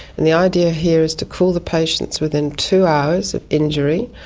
and the idea here is to cool the patients within two hours of injury,